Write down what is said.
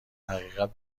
حقیقت